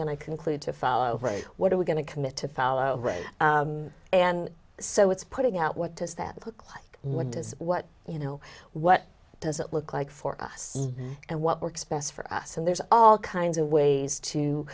going to conclude to follow or what are we going to commit to follow and so it's putting out what does that look like what does what you know what does it look like for us and what works best for us and there's all kinds of ways to